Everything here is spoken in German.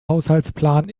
haushaltsplan